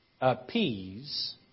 appease